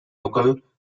local